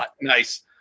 Nice